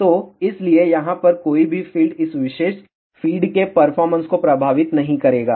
तो इसलिए यहाँ पर कोई भी फ़ीड इस विशेष फ़ीड के परफॉर्मेंस को प्रभावित नहीं करेगा